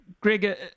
Greg